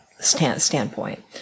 standpoint